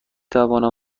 توانم